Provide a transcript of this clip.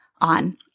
on